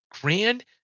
grand